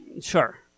Sure